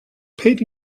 paid